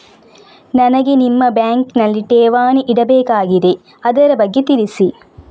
ನನಗೆ ನಿಮ್ಮ ಬ್ಯಾಂಕಿನಲ್ಲಿ ಠೇವಣಿ ಇಡಬೇಕಾಗಿದೆ, ಅದರ ಬಗ್ಗೆ ತಿಳಿಸಿ